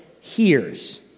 hears